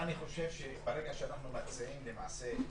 גם אני חושב שברגע שאנחנו מציעים למעשה,